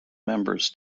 members